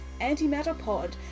antimatterpod